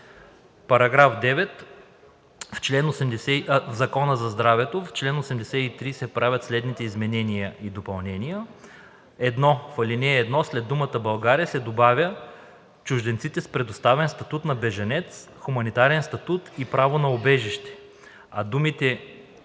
§ 9: „§ 9. В Закона за здравето в чл. 83 се правят следните изменения и допълнения: 1. В ал. 1 след думата „България“ се добавя „чужденците с предоставен статут на бежанец, хуманитарен статут и право на убежище, а думите